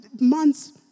Months